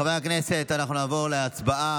חברי הכנסת, אנחנו נעבור להצבעה